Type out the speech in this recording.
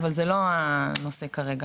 אבל זה לא הנושא כרגע.